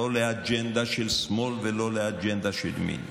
לאג'נדה של שמאל ולא לאג'נדה של ימין.